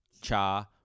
Cha